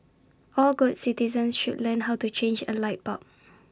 all good citizens should learn how to change A light bulb